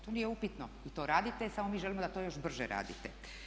To nije upitno i to radite, samo mi želimo da to još brže radite.